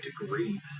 degree